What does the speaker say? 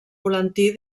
volantí